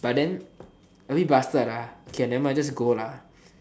but then a bit bastard ah okay nevermind I just go lah